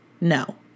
No